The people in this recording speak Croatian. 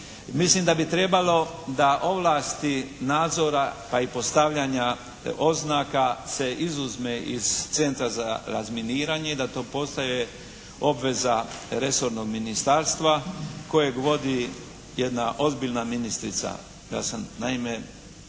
mislim da bi trebalo da ovlasti nadzora pa i postavljanja oznaka se izuzme iz Centra za razminiranje i da to postane obveza resornog ministarstva kojeg vodi jedna ozbiljna ministrica. Ja sam naime,